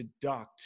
deduct